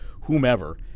whomever